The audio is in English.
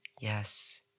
Yes